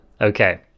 okay